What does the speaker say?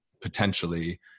potentially